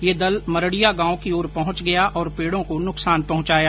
यह दल मरडिया गांव की ओर पहुंच गया और पेड़ों को नुकसान पहुंचाया